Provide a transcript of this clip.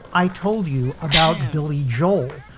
i told you about billy joel,